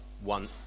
one